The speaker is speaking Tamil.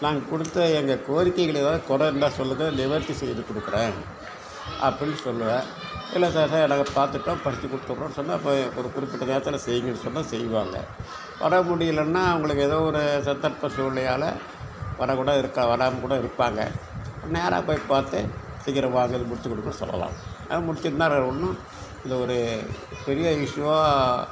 நாங்கள் கொடுத்த எங்கள் கோரிக்கைகளில் ஏதாவது குற இருந்தால் சொல்லுங்கள் நிவர்த்தி செய்து கொடுக்குறேன் அப்டின்னு சொல்லுவேன் இல்ல சார் சார் நாங்க பாத்துட்டோம் படிச்சி குடுத்துட்றோம் சொன்னா அப்ப ஒரு குறிப்பிட்ட நேரத்துல செய்ங்கன்னு சொன்னா செய்வாங்க வர முடியிலன்னா அவுங்களுக்கு எதோ ஒரு சந்தர்ப்ப சூழ்நிலையால வர கூட இருக்க வராம கூட இருப்பாங்க நேரா போய் பாத்து சீக்கிரமா அத முடிச்சி குடுங்கன்னு சொல்லலாம் அத முடிச்சிட்னா வேற ஒன்னும் இத ஒரு பெரிய இஷ்யூவா